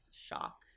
shock